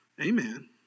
Amen